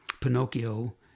Pinocchio